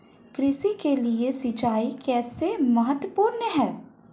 कृषि के लिए सिंचाई कैसे महत्वपूर्ण है?